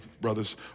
brothers